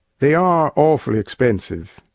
they are awfully expensive.